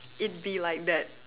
it'd be like that